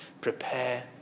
Prepare